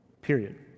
period